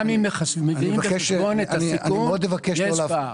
גם אם מביאים בחשבון את הסיכון, יש פער.